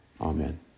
Amen